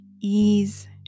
ease